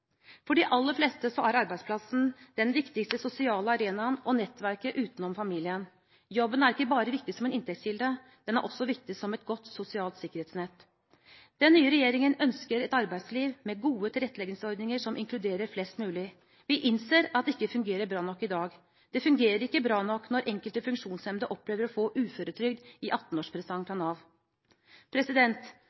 For de aller fleste er arbeidsplassen den viktigste sosiale arenaen og nettverket utenom familien. Jobben er ikke bare viktig som en inntektskilde, den er også viktig som et godt sosialt sikkerhetsnett. Den nye regjeringen ønsker et arbeidsliv med gode tilretteleggingsordninger som inkluderer flest mulig. Vi innser at det ikke fungerer bra nok i dag. Det fungerer ikke bra nok når enkelte funksjonshemmede opplever å få uføretrygd i 18-årspresang fra Nav.